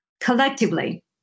collectively